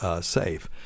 safe